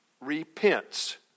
repents